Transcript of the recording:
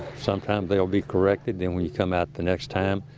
sometimes they'll be corrected, then we come out the next time.